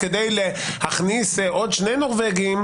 ככל שהסיעות יותר קטנות - האינסנטיב להוציא בנורבגי,